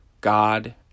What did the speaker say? God